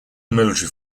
military